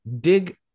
dig